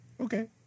Okay